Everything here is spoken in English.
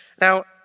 Now